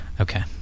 Okay